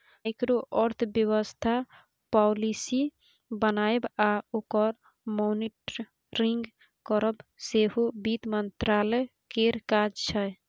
micro अर्थबेबस्था policy बनाएब आ ओकर मॉनिटरिंग करब सेहो बित्त मंत्रालय केर काज छै